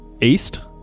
East